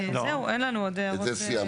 זהו, אין לנו עוד הערות נוספות.